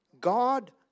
God